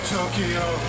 Tokyo